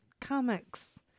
comics